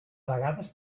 vegades